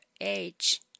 age